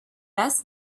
best